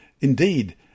Indeed